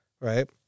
Right